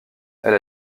elle